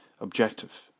objective